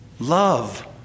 Love